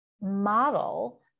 model